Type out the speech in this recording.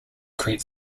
create